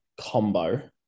combo